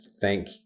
thank